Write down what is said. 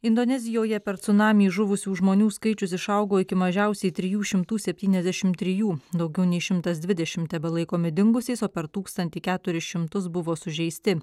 indonezijoje per cunamį žuvusių žmonių skaičius išaugo iki mažiausiai trijų šimtų septyniasdešim trijų daugiau nei šimtas dvidešim tebelaikomi dingusiais o per tūkstantį keturis šimtus buvo sužeisti